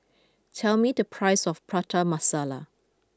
tell me the price of Prata Masala